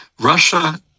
russia